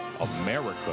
America